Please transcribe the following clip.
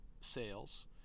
sales